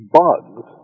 bugs